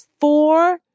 four